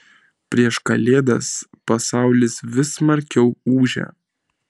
prieš kalėdas pasaulis vis smarkiau ūžia